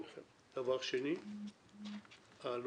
דבר שני, לוח הזמנים.